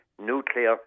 nuclear